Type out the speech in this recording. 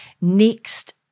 next